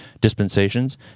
dispensations